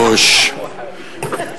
אדוני היושב-ראש,